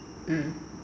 mmhmm